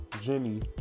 Jenny